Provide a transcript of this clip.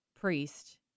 priest